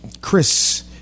Chris